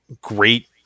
great